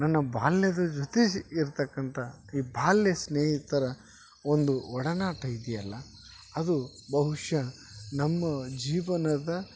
ನನ್ನ ಬಾಲ್ಯದ ಜೊತೆ ಜ್ ಇರತಕ್ಕಂತ ಈ ಬಾಲ್ಯ ಸ್ನೇಹಿತರ ಒಂದು ಒಡನಾಟ ಇದೆಯಲ್ಲ ಅದು ಬಹುಶಃ ನಮ್ಮ ಜೀವನದ